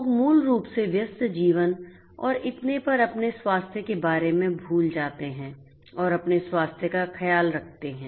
लोग मूल रूप से व्यस्त जीवन और इतने पर अपने स्वास्थ्य के बारे में भूल जाते हैं और अपने स्वास्थ्य का ख्याल रखते हैं